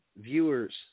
viewers